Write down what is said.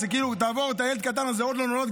זה כאילו הילד הקטן הזה עוד לא נולד,